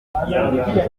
harya